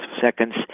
seconds